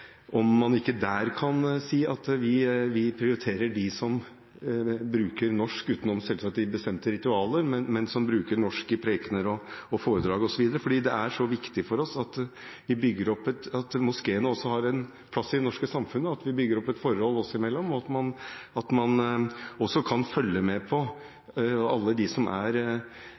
om man ikke der kan si at vi prioriterer dem som bruker norsk utenom selvsagt i bestemte ritualer, men som bruker norsk i prekener og foredrag osv. Det er så viktig for oss at moskeene også har en plass i det norske samfunnet, at vi bygger opp et forhold oss imellom, og at vi ellers i samfunnet kan følge med på alle som deltar i moskeene, følge med på det statsråden nevner om hatefulle ytringer, ytringer som